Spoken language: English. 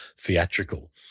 theatrical